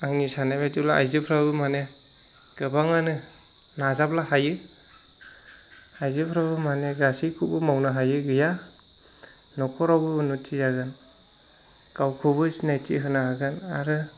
आंनि साननाय बायदिब्ला आइजोफोराबो माने गोबांआनो नाजाब्ला हायो आइजोफोराबो माने गासैखौबो मावनो हायै गैया न'खरावबो उन्न'ति जागोन गावखौबो सिनायथि होनो हागोन आरो